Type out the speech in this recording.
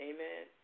Amen